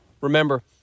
Remember